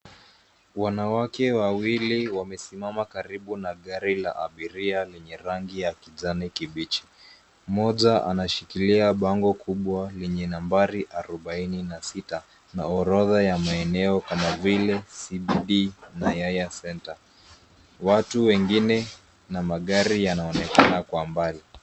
Wanawake wawili wamesimama karibu na gari la abiria lenye rangi ya kijani kibichi. Mmoja anashikilia bango kubwa lenye nambari arobaine na sita na orodha ya maeneo kama vile CBD na Yaya Centre. Watu wengine na magari yanaonekana kwa mbali.